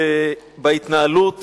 בהתנהלות